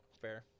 Fair